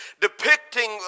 depicting